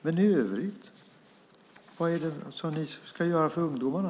Men vad är det i övrigt som ni ska göra för ungdomarna?